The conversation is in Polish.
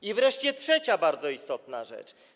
I wreszcie trzecia, bardzo istotna rzecz.